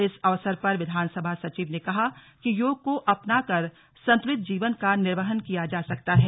इस अवसर पर विधानसभा सचिव ने कहा कि योग को अपनाकर संतुलित जीवन का निर्वहन किया जा सकता है